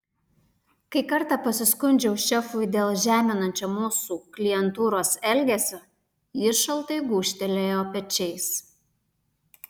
kai kartą pasiskundžiau šefui dėl žeminančio mūsų klientūros elgesio jis šaltai gūžtelėjo pečiais